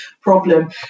problem